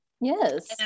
Yes